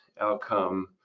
outcome